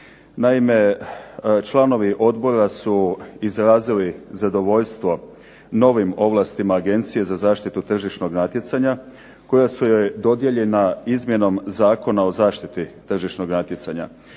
Naime, članovi odbora su izrazili zadovoljstvo novim ovlastima Agencije za zaštitu tržišnog natjecanja kojoj su joj dodijeljena izmjenom Zakona o zaštiti tržišnog natjecanja.